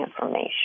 information